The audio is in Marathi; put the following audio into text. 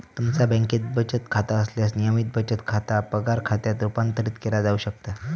तुमचा बँकेत बचत खाता असल्यास, नियमित बचत खाता पगार खात्यात रूपांतरित केला जाऊ शकता